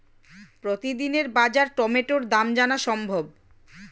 প্রতিদিনের বাজার টমেটোর দাম জানা সম্ভব?